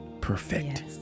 perfect